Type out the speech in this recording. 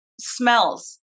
smells